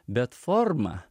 bet forma